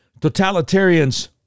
Totalitarians